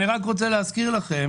אני רק רוצה להזכיר לכם